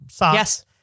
Yes